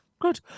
Good